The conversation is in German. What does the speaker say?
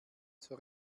zur